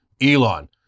Elon